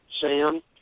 Sam